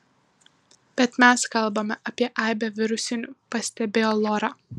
bet mes kalbame apie aibę virusinių pastebėjo lora